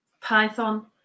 Python